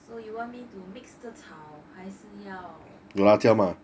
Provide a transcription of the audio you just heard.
so you want me to mix 这炒还是要